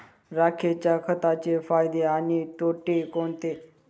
राखेच्या खताचे फायदे आणि तोटे कोणते?